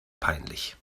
peinlich